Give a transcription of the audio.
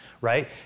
Right